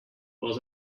was